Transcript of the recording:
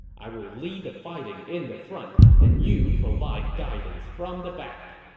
i will lead the fighting in the front, and you provide guidance from the back.